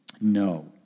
no